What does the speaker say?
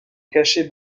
cachet